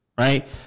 right